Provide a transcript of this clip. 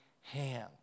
hand